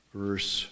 verse